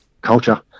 culture